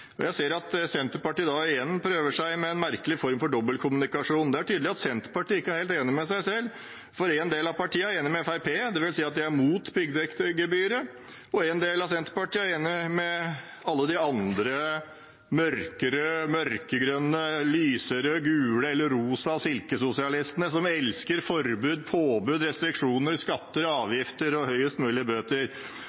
Jeg ser at Senterpartiet igjen prøver seg med en merkelig form for dobbeltkommunikasjon. Det er tydelig at Senterpartiet ikke er helt enig med seg selv, for en del i partiet er enig med Fremskrittspartiet, dvs. at de er mot piggdekkgebyret, og en del i Senterpartiet er enig med alle de andre mørkerøde, mørkegrønne, lyserøde, gule eller rosa silkesosialistene som elsker forbud, påbud, restriksjoner, skatter, avgifter og